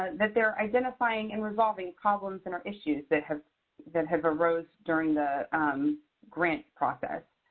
that they're identifying and resolving problems and or issues that have that have arose during the grant process.